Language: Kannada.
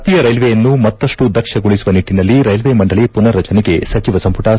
ಭಾರತೀಯ ರೈಲ್ವೆಯನ್ನು ಮತ್ತಷ್ಟು ದಕ್ಷಗೊಳಿಸುವ ನಿಟ್ಟನಲ್ಲಿ ರೈಲ್ವೆ ಮಂಡಳಿ ಪುನರ್ ರಚನೆಗೆ ಸಚಿವ ಸಂಪುಟ ಸಮ್ನ